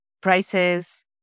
Prices